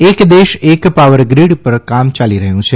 એક દેશ એક પાવરગ્રીડ પર કામ ચાલી રહ્યું છે